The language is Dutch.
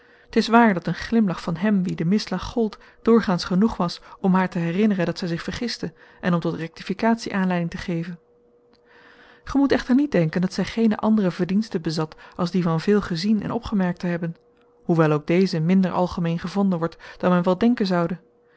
t is waar dat een glimlach van hem wien de misslag gold doorgaans genoeg was om haar te herinneren dat zij zich vergiste en om tot rectificatie aanleiding te geven gij moet echter niet denken dat zij geene andere verdiensten bezat als die van veel gezien en opgemerkt te hebben hoewel ook deze minder algemeen gevonden wordt dan men wel denken zoude